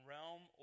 Realm